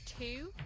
two